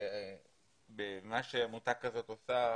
מה שעמותה כזו עושה,